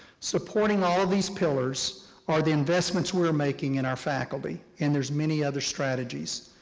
supporting all of these pillars are the investments we're making in our faculty, and there's many other strategies.